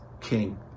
king